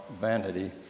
vanity